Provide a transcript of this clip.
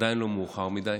ועדיין לא מאוחר מדי.